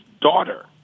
daughter